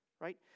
right